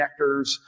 connectors